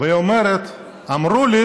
והיא אומרת: אמרו לי